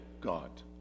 God